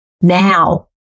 now